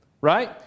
right